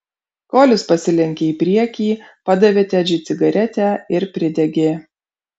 kolis pasilenkė į priekį padavė tedžiui cigaretę ir pridegė